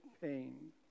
pain